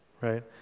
right